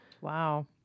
Wow